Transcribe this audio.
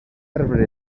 arbre